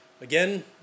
again